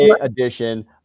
edition